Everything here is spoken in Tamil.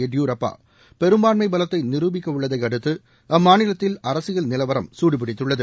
எடியூரப்பா பெரும்பான்மை பலத்தை நிருபிக்கவுள்ளதை அடுத்து அம்மாநிலத்தில் அரசியல் நிலவரம் சூடுபிடித்துள்ளது